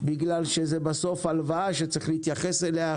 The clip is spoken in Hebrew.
כי זה בסוף הלוואה שצריך להתייחס אליה